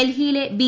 ഡൽഹിയിലെ ബി